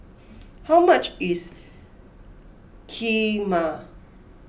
how much is Kheema